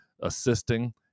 assisting